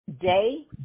Day